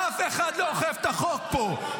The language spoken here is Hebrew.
אף אחד לא אוכף את החוק פה.